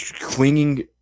clinging